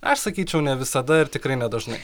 aš sakyčiau ne visada ir tikrai nedažnai